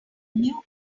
new